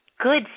good